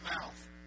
mouth